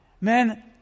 Men